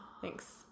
Thanks